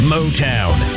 Motown